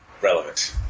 relevant